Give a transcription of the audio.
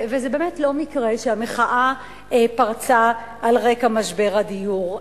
זה באמת לא מקרה שהמחאה פרצה על רקע משבר הדיור,